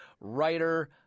writer